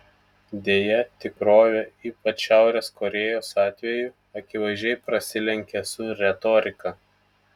deja tikrovė ypač šiaurės korėjos atveju akivaizdžiai prasilenkia su retorika